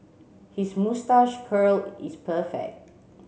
his moustache curl is perfect